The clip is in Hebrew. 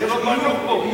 שלא בנו פה.